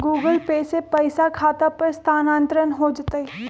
Google Pay से पईसा खाता पर स्थानानंतर हो जतई?